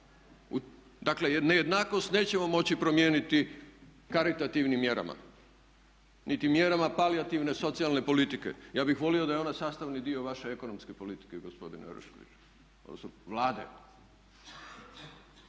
dakle nejednakost nećemo moći promijeniti karitativnim mjerama, niti mjerama palijativne socijalne politike. Ja bih volio da je ona sastavni dio vaše ekonomske politike gospodine Oreškoviću, odnosno Vlade.